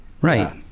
Right